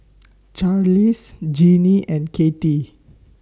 Charlize Jinnie and Cathy